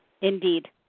Indeed